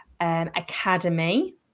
Academy